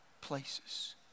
places